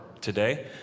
today